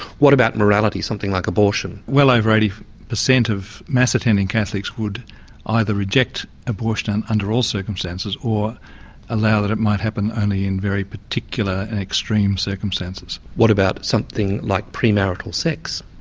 what about morality, something like abortion? well over eighty per cent of mass-attending catholics would either reject abortion under all circumstances or allow that it might happen only in very particular and extreme circumstances. what about something like premarital sex?